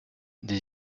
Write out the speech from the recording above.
des